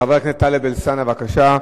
חבר הכנסת טלב אלסאנע, בבקשה,